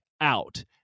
out